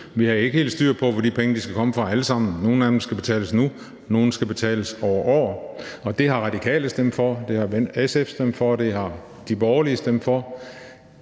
Vi har ikke helt styr på, hvor de penge skal komme fra alle sammen. Nogle af dem skal betales nu, nogle skal betales over år. Og det har Radikale stemt for, det har SF stemt for, det har de borgerlige stemt for.